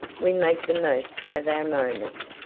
we make the most of our moment.